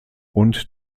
und